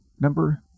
number